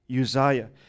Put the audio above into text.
Uzziah